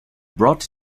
brought